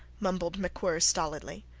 mumbled macwhirr, stolidly.